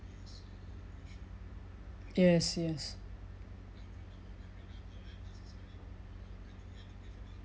yes yes